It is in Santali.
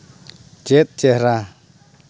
ᱪᱮᱫ ᱪᱮᱦᱨᱟ